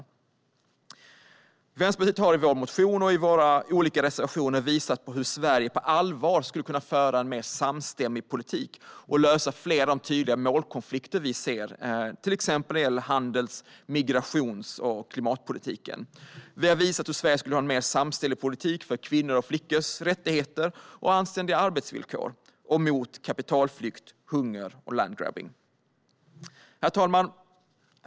Vi i Vänsterpartiet har i vår motion och i våra olika reservationer visat på hur Sverige på allvar skulle kunna föra en mer samstämmig politik och lösa fler av de tydliga målkonflikter som vi ser, till exempel när det gäller handels-, migrations och klimatpolitiken. Vi har visat hur Sverige skulle kunna ha en mer samstämmig politik för kvinnors och flickors rättigheter och anständiga arbetsvillkor, och mot kapitalflykt, hunger och landgrabbing. Herr talman!